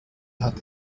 hat